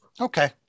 okay